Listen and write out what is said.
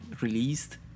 released